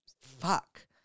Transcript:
Fuck